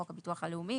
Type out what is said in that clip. חוק הביטוח הלאומי